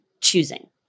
choosing